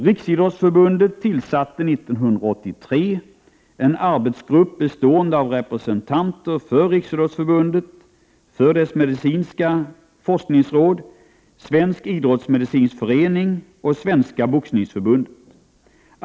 Riksidrottsförbundet tillsatte redan 1983 en arbetsgrupp bestående av representanter för Riksidrottsförbundet, dess medicinska forskningsråd, Svensk idrottsmedicinsk förening och Svenska boxningsförbundet.